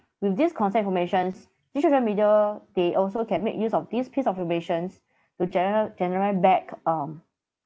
with this consent informations this social media they also can make use of these piece of informations to general generate back um